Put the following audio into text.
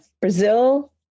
brazil